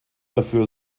dafür